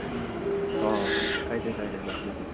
ꯎꯝ ꯍꯣꯏ ꯍꯣꯏ ꯀꯥꯏꯗꯦ ꯀꯥꯏꯗꯦ ꯕꯥꯏ ꯑꯗꯨꯗꯤ